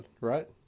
right